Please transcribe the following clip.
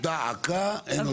אך, דא עקא, אין עוד ועדה.